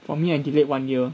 for me I debate one year